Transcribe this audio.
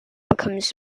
becomes